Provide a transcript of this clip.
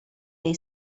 dei